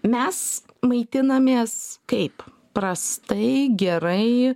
mes maitinamės kaip prastai gerai